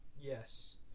Yes